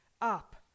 Up